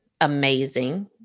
amazing